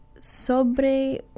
Sobre